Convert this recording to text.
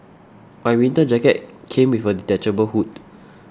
my winter jacket came with a detachable hood